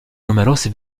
numerose